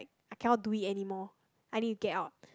I cannot do it anymore I need to get out